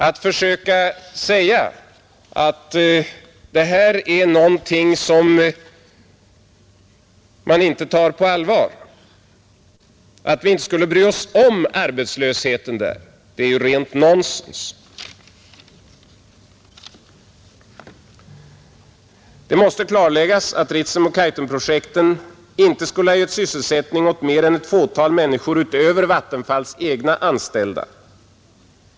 Att försöka säga att detta är någonting som man inte tar på allvar, och att vi inte skulle bry oss om arbetslösheten där är ju rent nonsens. Det måste dock klarläggas att Ritsemoch Kaitumprojekten inte skulle ge sysselsättning åt mer än ett fåtal människor utöver Vattenfalls egna anställda.